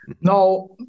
Now